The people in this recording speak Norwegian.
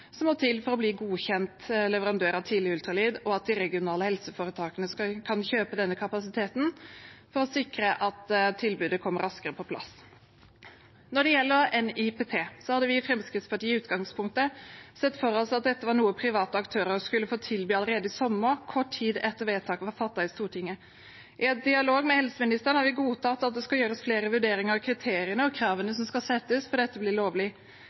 som må til for å bli godkjent leverandør av tidlig ultralyd, og at de regionale helseforetakene kan kjøpe denne kapasiteten for å sikre at tilbudet kommer raskere på plass. Når det gjelder NIPT, hadde vi i Fremskrittspartiet i utgangspunktet sett for oss at dette var noe private aktører skulle få tilby allerede i sommer, kort tid etter at vedtaket var fattet i Stortinget. I dialog med helseministeren har vi godtatt at det skal gjøres flere vurderinger av kriteriene og kravene som skal stilles for at dette skal bli lovlig.